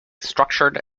structured